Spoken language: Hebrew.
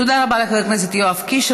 תודה רבה לחבר הכנסת יואב קיש.